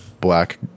black